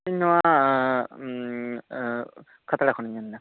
ᱤᱧ ᱱᱚᱶᱟ ᱟᱸ ᱩᱺ ᱟᱸ ᱠᱷᱟᱛᱲᱟ ᱠᱚᱱᱤᱧ ᱢᱮᱱᱮᱫᱟ